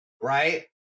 right